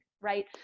right